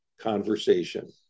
conversation